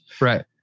Right